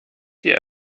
die